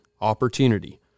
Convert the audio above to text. opportunity